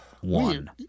one